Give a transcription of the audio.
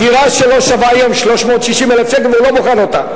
הדירה שלו שווה היום 360,000 שקל והוא לא מוכר אותה.